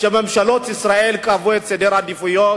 שממשלות ישראל קבעו את סדר העדיפויות.